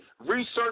Research